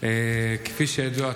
כפי שידוע,